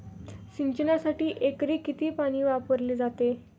सिंचनासाठी एकरी किती पाणी वापरले जाते?